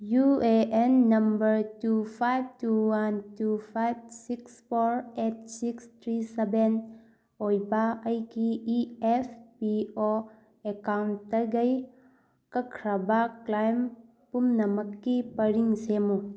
U A N number two five two one two five six four eight six three seven ꯑꯣꯏꯕ ꯑꯩꯒꯤ E F P O ꯑꯦꯀꯥꯎꯟꯇꯒꯩ ꯀꯛꯈ꯭ꯔꯕ claim ꯄꯨꯝꯅꯃꯛꯀꯤ ꯄꯔꯤꯡ ꯁꯦꯝꯃꯨ